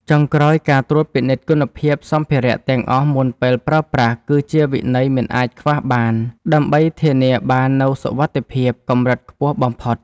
ចុងក្រោយ ការត្រួតពិនិត្យគុណភាពសម្ភារៈទាំងអស់មុនពេលប្រើប្រាស់ គឺជាវិន័យមិនអាចខ្វះបាន ដើម្បីធានាបាននូវសុវត្ថិភាពកម្រិតខ្ពស់បំផុត។